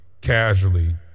casually